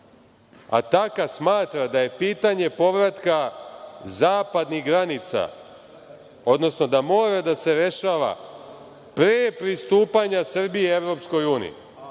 Ataka smatra da je pitanje povratka zapadnih granica, odnosno da mora da se rešava pre pristupanja Srbije Evropskoj uniji.